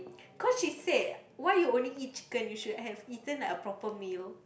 cause she say why you only eat chicken you should have eaten like a proper meal